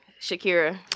Shakira